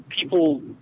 people